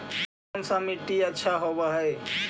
कोन सा मिट्टी अच्छा होबहय?